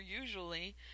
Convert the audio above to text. usually